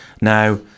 Now